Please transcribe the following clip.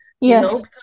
Yes